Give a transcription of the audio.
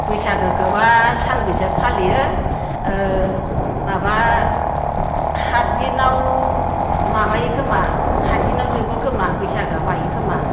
बैसागोखौबा सानबैसो फालियो माबा हात दिनाव माबायोखोमा हात दिनाव जोबोखोमा बैसागोआ बायो खोमा